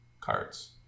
cards